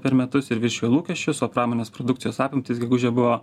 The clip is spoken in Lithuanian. per metus ir viršijo lūkesčius o pramonės produkcijos apimtys gegužę buvo